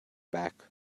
back